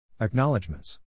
Acknowledgements